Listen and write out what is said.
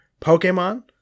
Pokemon